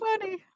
funny